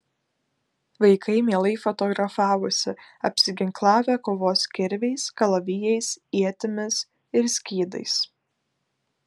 vaikai mielai fotografavosi apsiginklavę kovos kirviais kalavijais ietimis ir skydais